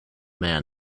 man